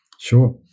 sure